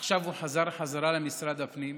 עכשיו הוא חזר למשרד הפנים.